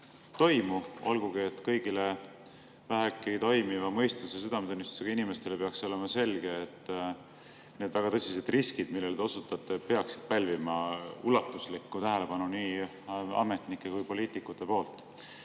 toimu, olgugi et kõigile vähegi toimiva mõistuse ja südametunnistusega inimestele peaks olema selge, et need väga tõsised riskid, millele te osutasite, peaksid pälvima ulatuslikku tähelepanu nii ametnike kui ka poliitikute poolt. Aga